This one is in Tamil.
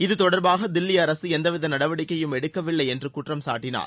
இது தொடர்பாக தில்லி அரசு எந்தவித நடவடிக்கையும் எடுக்கவில்லை என்று குற்றம்சாட்டினார்